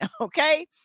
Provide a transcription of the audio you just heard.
Okay